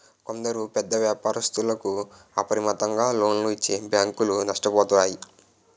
కొందరు పెద్ద వ్యాపారస్తులకు అపరిమితంగా లోన్లు ఇచ్చి బ్యాంకులు నష్టపోతాయి